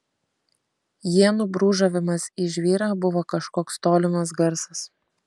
ienų brūžavimas į žvyrą buvo kažkoks tolimas garsas